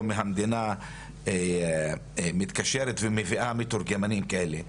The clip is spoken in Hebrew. המדינה מתקשרת ומביאה מתורגמנים כאלה,